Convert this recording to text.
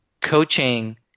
coaching